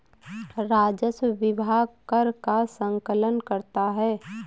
राजस्व विभाग कर का संकलन करता है